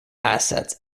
assets